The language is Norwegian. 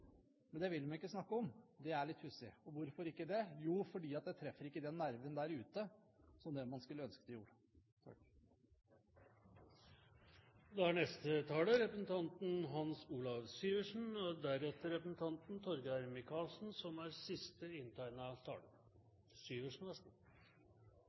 men det vil de ikke snakke om. Det er litt pussig. Og hvorfor ikke det? Jo, fordi det treffer ikke den nerven der ute, som man skulle ønske at det gjorde. I store deler av denne debatten må jo de som har lyttet, ha trodd at vi egentlig diskuterte regjeringsalternativer foran et valg som skal skje om tre år, og